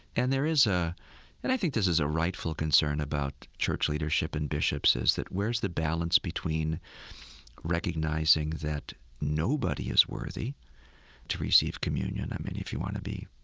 and there is a and i think this is a rightful concern about church leadership and bishops is that where's the balance between recognizing that nobody is worthy to receive communion? i mean, if you want to be